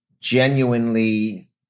genuinely